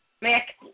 Mac